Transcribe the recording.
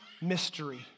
mystery